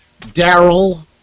Daryl